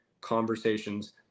conversations